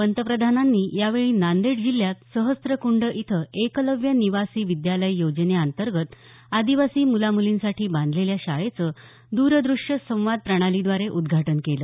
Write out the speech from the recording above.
पंतप्रधानांनी यावेळी नांदेड जिल्ह्यात सहस्त्रकंड इथं एकलव्य निवासी विद्यालय योजनेंतर्गत आदिवासी मुला मुलींसाठी बांधलेल्या शाळेचं द्रदृश्य संवाद प्रणालीद्वारे उद्घाटन केलं